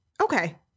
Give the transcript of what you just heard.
Okay